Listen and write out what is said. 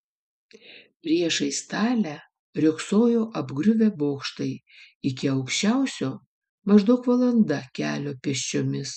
priešais talę riogsojo apgriuvę bokštai iki aukščiausio maždaug valanda kelio pėsčiomis